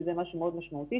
שזה משהו מאוד משמעותי,